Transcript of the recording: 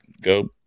go